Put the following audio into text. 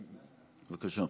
בבקשה.